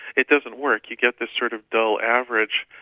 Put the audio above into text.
it doesn't work, you get this sort of dull average,